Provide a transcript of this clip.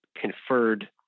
conferred